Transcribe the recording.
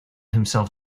himself